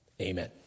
Amen